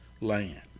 land